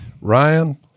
Ryan